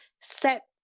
set